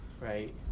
right